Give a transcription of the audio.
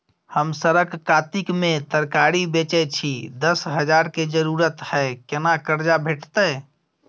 हम सरक कातिक में तरकारी बेचै छी, दस हजार के जरूरत हय केना कर्जा भेटतै?